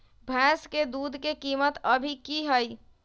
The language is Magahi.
भैंस के दूध के कीमत अभी की हई?